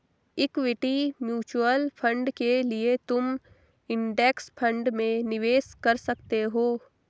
equity mutual fund के लिए तुम इंडेक्स फंड में निवेश कर सकते हो